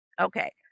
okay